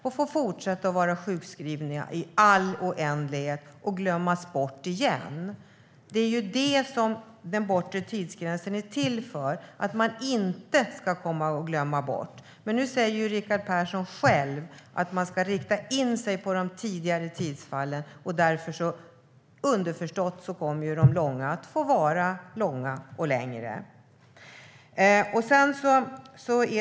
De får fortsätta att vara sjukskrivna i all oändlighet, och de får glömmas bort igen. Det är det som den bortre tidsgränsen är till för - att man inte ska glömmas bort. Men nu säger Rickard Persson själv att man ska rikta in sig på de tidigare fallen. Underförstått kommer de långa att få vara långa och längre.